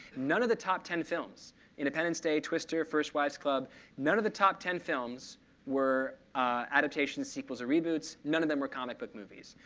none of the top ten films independence day, twister, first wives club none of the top ten films were adaptations, sequels, or reboots. none of them were comic book movies.